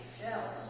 shells